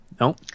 No